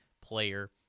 player